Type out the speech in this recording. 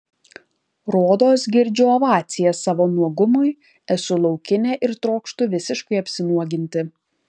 rodos girdžiu ovacijas savo nuogumui esu laukinė ir trokštu visiškai apsinuoginti